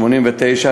89,